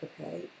Okay